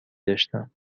داشتم